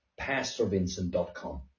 pastorvincent.com